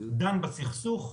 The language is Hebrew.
דן בסכסוך.